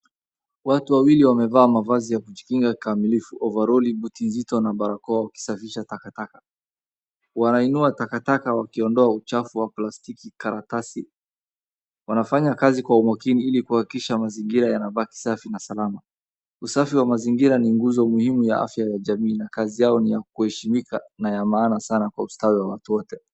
Watu wawili wamevaa mavazi ya kujikinga kikamilifu ovaroli ,buti nzito na barakoa wakisafisha takataka .wanainua takataka wakiondoa uchafu wa plastiki karatasi wanafanya kazi kwa umakini ilikuhakikisha mazingira yana baki safi na salama .Usafi wa mazingira ni nguzo muhimu ya afya ya jamii, na kazi yao ni ya kuheshimika na ya maana sana kwa ustawi wa watu wote.